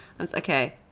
Okay